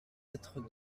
être